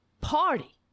party